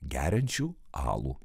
geriančių alų